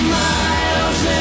miles